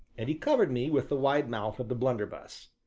and he covered me with the wide mouth of the blunderbuss.